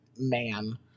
man